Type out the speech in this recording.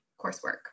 coursework